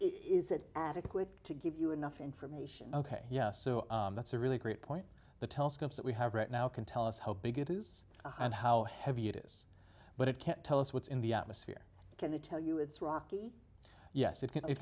that adequate to give you enough information ok yes that's a really great point the telescopes that we have right now can tell us how big it is and how heavy it is but it can't tell us what's in the atmosphere can we tell you it's rocky yes it can